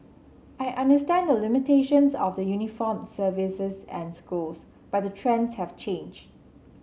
I understand the limitations of the uniformed services and schools but the trends have changed